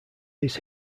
his